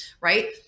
right